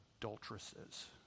adulteresses